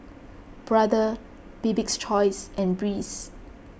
Brother Bibik's Choice and Breeze